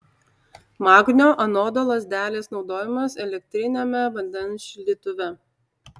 magnio anodo lazdelės naudojimas elektriniame vandens šildytuve